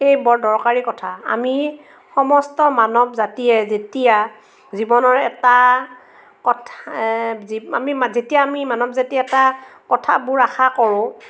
এই বৰ দৰকাৰী কথা আমি সমস্ত মানৱ জাতিয়ে যেতিয়া জীৱনৰ এটা কথা আমি যেতিয়া আমি মানৱ জাতি এটা কথাবোৰ আশা কৰোঁ